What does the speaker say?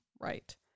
Right